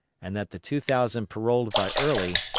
and that the two thousand paroled by early,